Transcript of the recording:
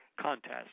Contest